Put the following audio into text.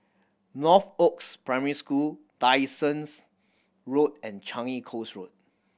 Northoaks Primary School Dyson's Road and Changi Coast Road